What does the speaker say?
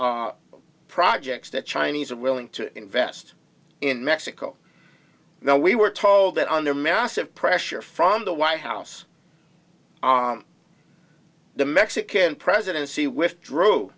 projects that chinese are willing to invest in mexico now we were told that under massive pressure from the white house the mexican presidency with